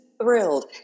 thrilled